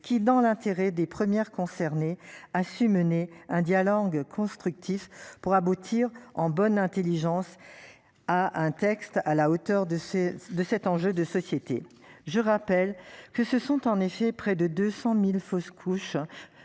qui, dans l'intérêt des premières concernées a su mener un dialogue constructif pour aboutir en bonne Intelligence. Ah un texte à la hauteur de ce, de cet enjeu de société. Je rappelle que ce sont en effet près de 200.000 fausses couches